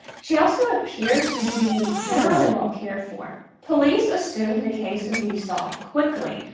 she also appeared to be generally well cared for. police assumed the case would be solved quickly,